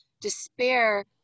despair